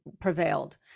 prevailed